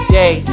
day